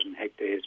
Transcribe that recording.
hectares